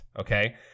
okay